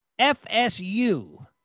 FSU